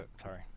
sorry